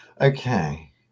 okay